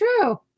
true